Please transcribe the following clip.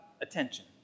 attention